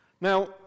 Now